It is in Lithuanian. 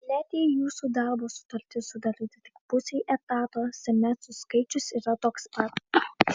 net jei jūsų darbo sutartis sudaryta tik pusei etato semestrų skaičius yra toks pat